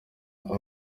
abo